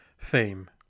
theme